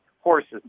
horses